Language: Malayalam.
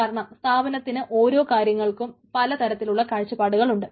കാരണം സ്ഥാപനത്തിന് ഓരോ കാര്യങ്ങൾക്കും പല തരത്തിലുള്ള കാഴ്ചപാടുകൾ ഉണ്ട്